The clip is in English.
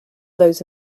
those